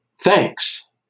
thanks